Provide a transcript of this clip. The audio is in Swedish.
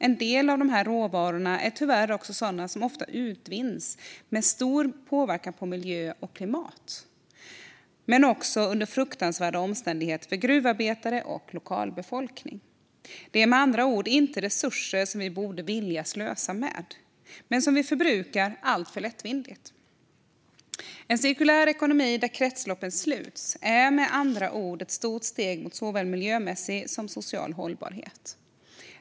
En del av de här råvarorna är tyvärr också sådana som ofta utvinns med stor påverkan på miljö och klimat men också under fruktansvärda omständigheter för gruvarbetare och lokalbefolkning. Det är med andra ord inte resurser som vi borde vilja slösa med men som vi förbrukar alltför lättvindigt. En cirkulär ekonomi, där kretsloppen sluts, är alltså ett stort steg mot såväl miljömässig som social hållbarhet.